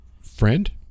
friend